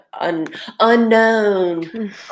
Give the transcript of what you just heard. Unknown